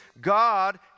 God